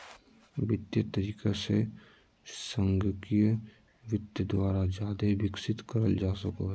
वित्तीय तरीका से संगणकीय वित्त द्वारा जादे विकसित करल जा सको हय